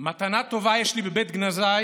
"מתנה טובה יש לי בבית גנזי